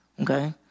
Okay